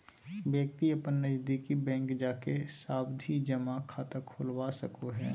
व्यक्ति अपन नजदीकी बैंक जाके सावधि जमा खाता खोलवा सको हय